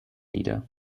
leader